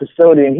facility